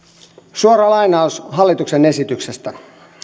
suora lainaus hallituksen esityksestä